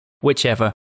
whichever